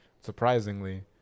surprisingly